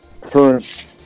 current